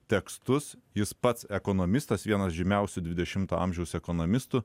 tekstus jis pats ekonomistas vienas žymiausių dvidešimto amžiaus ekonomistų